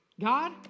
God